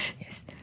yes